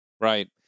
Right